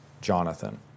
Jonathan